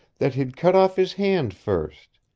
that he'd cut off his hand first.